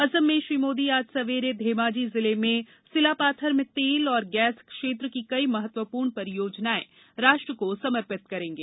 असम में श्री मोदी आज सवेरे धेमाजी जिले में सिलापाथर में तेल और गैस क्षेत्र की कई महत्वपूर्ण परियोजनाएं राष्ट्र को समर्पित करेंगे